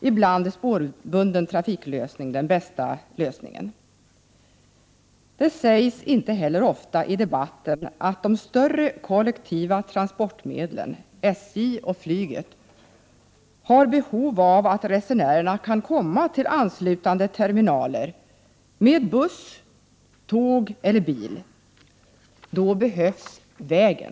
Ibland är spårbunden trafik den bästa lösningen. Det sägs inte heller ofta i debatten att de större kollektiva transportmedlen — SJ och flyget — är beroende av att resenärerna kan komma till anslutande terminaler t.ex. med buss eller bil. Då behövs vägen.